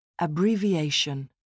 Abbreviation